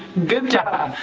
good job!